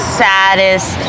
saddest